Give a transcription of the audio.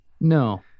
No